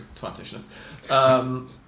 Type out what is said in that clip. twatishness